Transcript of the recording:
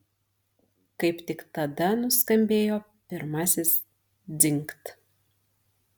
kaip tik tada nuskambėjo pirmasis dzingt